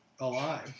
alive